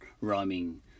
rhyming